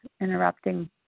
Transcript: interrupting